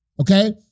okay